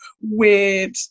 weird